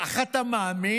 כך אתה מאמין?